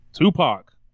Tupac